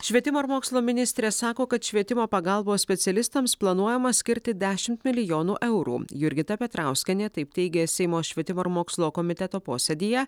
švietimo ir mokslo ministrė sako kad švietimo pagalbos specialistams planuojama skirti dešimt milijonų eurų jurgita petrauskienė taip teigė seimo švietimo ir mokslo komiteto posėdyje